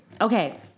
Okay